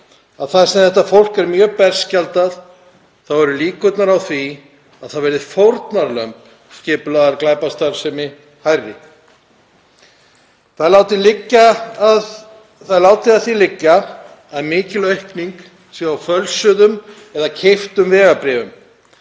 að þar sem þetta fólk er mjög berskjaldað eru líkurnar á því að það verði fórnarlömb skipulagðrar glæpastarfsemi hærri. Það er látið að því liggja að mikil fjölgun sé á fölsuðum eða keyptum vegabréfum